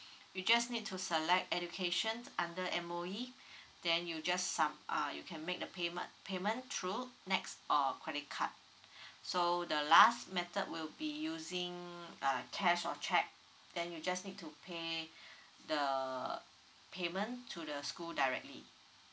you just need to select education under M_O_E then you just some uh you can make the payment payment through NETs or credit card so the last method will be using uh cash or cheque then you just need to pay the payment to the school directly